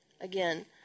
Again